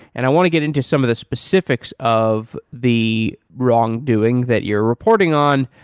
and i want to get into some of the specifics of the wrongdoing that you're reporting on.